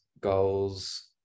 goals